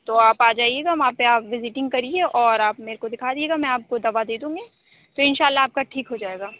تو آپ آ جائیے گا وہاں پہ آپ وزیٹنگ کریے اور آپ میرے کو دکھا دیجیے گا میں آپ کو دوا دے دوں گی تو ان شآء اللہ آپ کا ٹھیک ہو جائے گا